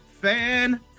Fan